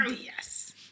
yes